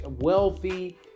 wealthy